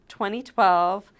2012